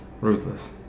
Ruthless